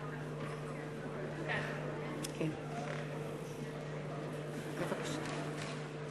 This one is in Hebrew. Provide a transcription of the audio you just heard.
מצביעה דני דנון, אינו נוכח ישראל חסון,